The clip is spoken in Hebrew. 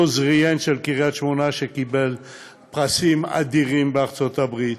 אותו זריהן מקריית-שמונה שקיבל פרסים אדירים בארצות-הברית,